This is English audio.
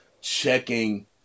checking